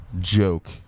joke